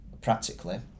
practically